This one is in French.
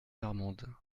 marmande